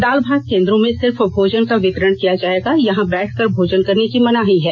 दाल भात केंद्रों में सिर्फ भोजन का वितरण किया जाएगा यहां बैठकर भोजन करने की मनाही है